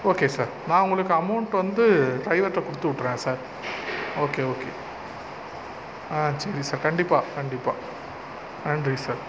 okay sir நான் உங்களுக்கு amount வந்து டிரைவர்கிட்ட கொடுத்து விட்டுறேன் சார் ஓகே ஓகே சரி சார் கண்டிப்பாக கண்டிப்பாக நன்றி சார்